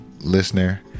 listener